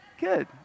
Good